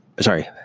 sorry